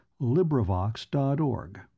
LibriVox.org